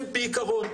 הם כעיקרון,